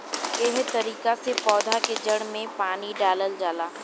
एहे तरिका से पौधा के जड़ में पानी डालल जाला